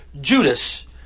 Judas